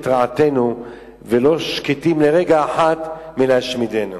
רעתנו ולא שקטים לרגע אחד מלהשמידנו.